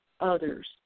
others